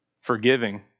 forgiving